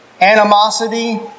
animosity